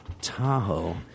Tahoe